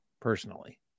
personally